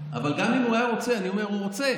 אבל גם אם הוא היה רוצה, אני אומר: הוא רוצה,